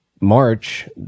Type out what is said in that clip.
March